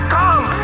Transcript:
come